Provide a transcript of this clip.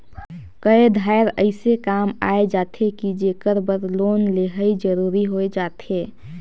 कए धाएर अइसे काम आए जाथे कि जेकर बर लोन लेहई जरूरी होए जाथे